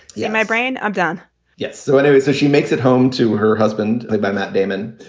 yeah. my brain i've done yeah. so anyway, so she makes it home to her husband, played by matt damon,